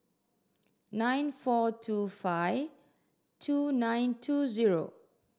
nine four two five two nine two zero